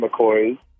McCoy's